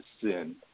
sin